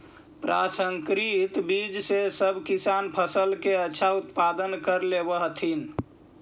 प्रसंकरित बीज से सब किसान फसल के अच्छा उत्पादन कर लेवऽ हथिन